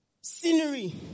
scenery